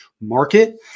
market